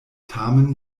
tamen